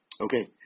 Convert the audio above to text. Okay